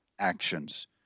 actions